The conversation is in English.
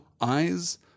eyes